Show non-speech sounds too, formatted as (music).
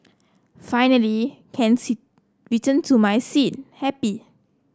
finally can (unintelligible) return to my seat happy